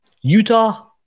Utah-